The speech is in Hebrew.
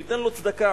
שייתן לו צדקה.